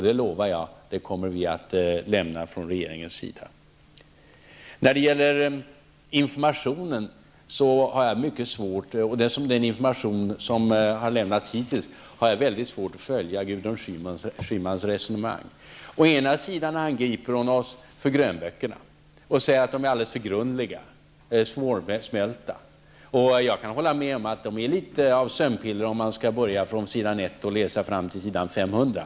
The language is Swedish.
Jag lovar att regeringen kommer att lämna sådan information. När det gäller den information som har lämnats hittills har jag mycket svårt att följa Gudrun Schymans resonemang. Hon angrep oss på grund av grönböckerna och sade att de är alldeles för grundliga och svårsmälta. Jag kan hålla med om att det blir litet av sömnpiller om man börjar på s. 1 och läser fram till s. 500.